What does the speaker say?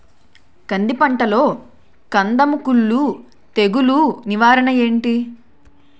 కంది పంటలో కందము కుల్లు తెగులు నివారణ ఏంటి?